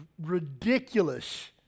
ridiculous